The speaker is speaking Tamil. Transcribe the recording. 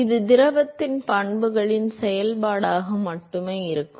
இது திரவத்தின் பண்புகளின் செயல்பாடாக மட்டுமே இருக்கும்